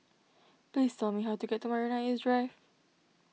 please tell me how to get to Marina East Drive